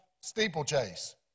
steeplechase